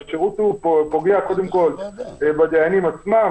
זה פוגע קודם כל בדיינים עצמם.